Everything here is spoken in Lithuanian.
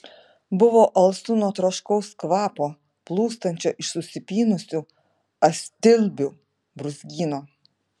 buvo alsu nuo troškaus kvapo plūstančio iš susipynusių astilbių brūzgyno